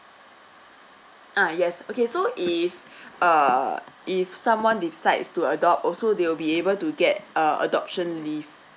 ah yes okay so if uh if someone decides to adopt also they will be able to get uh adoption leave